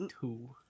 two